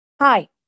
Hi